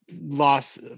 loss